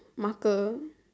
marker